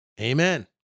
Amen